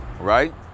Right